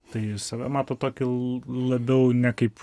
tai save matot tokį l labiau ne kaip